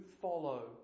follow